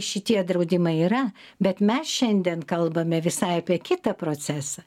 šitie draudimai yra bet mes šiandien kalbame visai apie kitą procesą